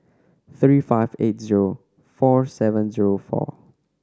three five eight zero four seven zero four